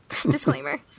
disclaimer